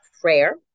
prayer